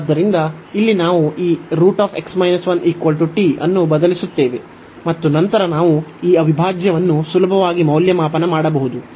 ಆದ್ದರಿಂದ ಇಲ್ಲಿ ನಾವು ಈ ಅನ್ನು ಬದಲಿಸುತ್ತೇವೆ ಮತ್ತು ನಂತರ ನಾವು ಈ ಅವಿಭಾಜ್ಯವನ್ನು ಸುಲಭವಾಗಿ ಮೌಲ್ಯಮಾಪನ ಮಾಡಬಹುದು